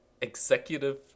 executive